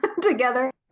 together